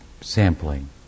sampling